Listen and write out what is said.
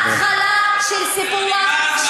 התחלה של סיפוח,